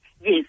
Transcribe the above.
Yes